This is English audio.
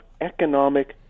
economic